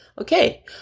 okay